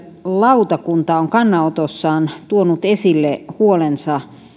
lautakunta on kannanotossaan tuonut esille huolensa